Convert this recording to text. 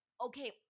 okay